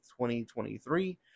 2023